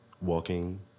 walking